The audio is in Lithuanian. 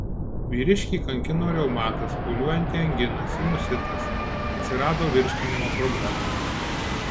vyriškį kankino reumatas pūliuojanti angina sinusitas atsirado virškinimo problemų